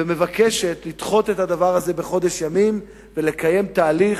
ומבקשת לדחות את הדבר הזה בחודש ימים ולקיים תהליך,